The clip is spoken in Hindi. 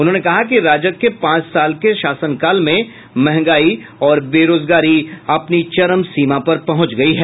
उन्होंने कहा कि राजग के पांच साल के शासनकाल में मंहगाई और बेरोजगारी अपने चरम पर पहुंच गयी है